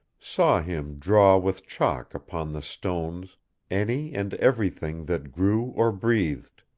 saw him draw with chalk upon the stones any and every thing that grew or breathed,